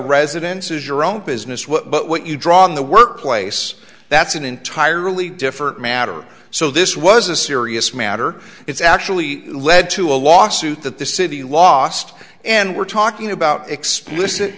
residences your own business what but what you draw on the workplace that's an entirely different matter so this was a serious matter it's actually led to a lawsuit that the city lost and we're talking about explicit